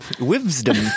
Wisdom